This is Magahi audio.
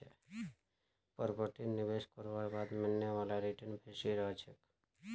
प्रॉपर्टीत निवेश करवार बाद मिलने वाला रीटर्न बेसी रह छेक